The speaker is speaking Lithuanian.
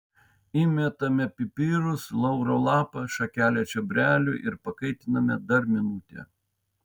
įmetame pipirus lauro lapą šakelę čiobrelių ir pakaitiname dar minutę